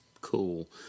Cool